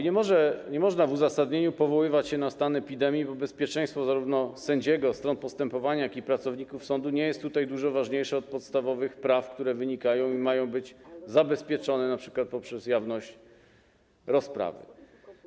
Nie można w uzasadnieniu powoływać się na stan epidemii, bo bezpieczeństwo zarówno sędziego, stron postępowania, jak i pracowników sądu nie jest tutaj dużo ważniejsze od podstawowych praw, które wynikają i mają być zabezpieczone np. poprzez jawność rozprawy.